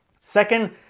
Second